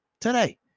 today